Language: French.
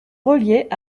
reliait